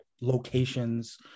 locations